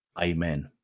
Amen